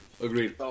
Agreed